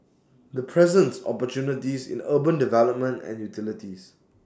this presents opportunities in urban development and utilities